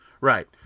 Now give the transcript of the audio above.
Right